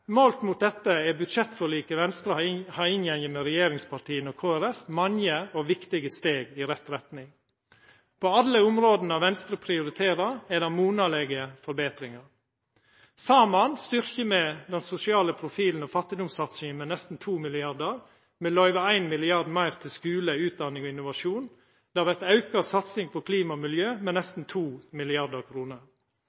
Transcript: Målt mot dette er budsjettforliket Venstre har inngått med regjeringspartia og Kristeleg Folkeparti, mange og viktige steg i rett retning. På alle områda som Venstre prioriterer, er det monalege forbetringar. Saman styrkjer me den sosiale profilen og fattigdomssatsinga med nesten 2 mrd. kr, me løyver 1 mrd. kr meir til skule, utdanning og innovasjon, og det vert ei auka satsing på